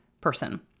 person